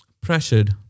pressured